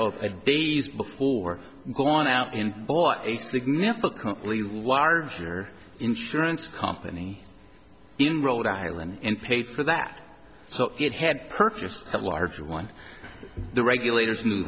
a days before gone out and bought a significantly larger insurance company in rhode island and paid for that so it had purchased a large one the regulators knew